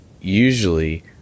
usually